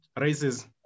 races